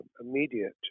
immediate